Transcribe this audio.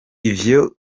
ivyo